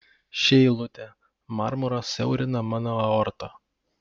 ši eilutė marmuras siaurina mano aortą